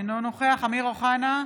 אינו נוכח אמיר אוחנה,